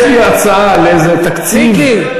יש לי הצעה לאיזה תקציב, מיקי.